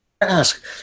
Ask